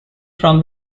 from